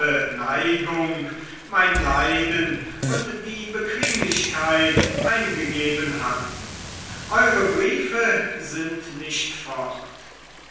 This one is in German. neigung mein leiden und die bequemlichkeit eingegeben hatten eure briefe sind nicht fort